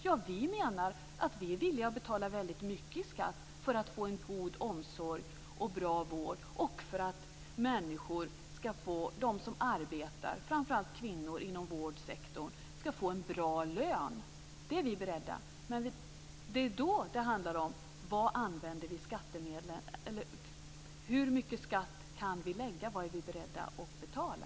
Ja, vi menar att vi är villiga att betala väldigt mycket i skatt för att få en god omsorg och bra vård och för att människor, t.ex. de som arbetar inom vårdsektorn, framför allt kvinnor, skall få en bra lön. Det är vi beredda på. Men det handlar då om hur mycket skatt vi kan lägga. Vad är vi beredda att betala?